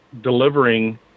delivering